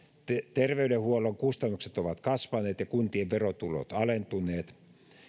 terveydenhuollon kustannukset ovat kasvaneet ja kuntien verotulot alentuneet